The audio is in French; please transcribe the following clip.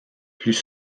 plus